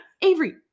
Avery